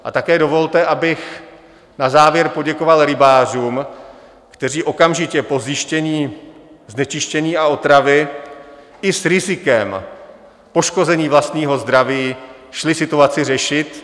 A také dovolte, abych na závěr poděkoval rybářům, kteří okamžitě po zjištění znečištění a otravy i s rizikem poškození vlastního zdraví šli situaci řešit.